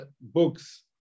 books